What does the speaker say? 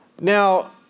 Now